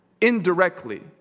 Indirectly